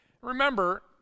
Remember